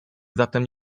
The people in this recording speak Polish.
zatem